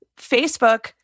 Facebook